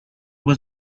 was